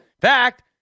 fact